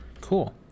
Cool